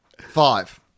Five